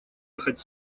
ехать